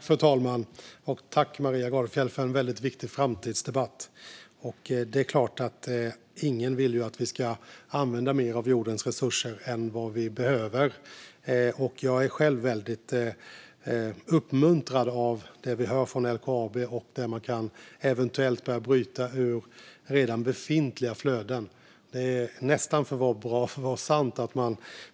Fru talman! Jag tackar Maria Gardfjell för en viktig framtidsdebatt. Det är klart att ingen vill att vi ska använda mer av jordens resurser än vad vi behöver. Jag är själv uppmuntrad av det vi hör från LKAB om att eventuellt börja bryta ur redan befintliga flöden. Det är nästan för bra för att vara sant.